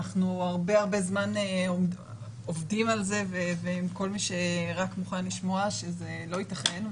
אנחנו הרבה זמן עובדים על זה ועם כל מי שרק מוכן לשמוע שזה לא יתכן,